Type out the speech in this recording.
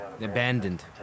abandoned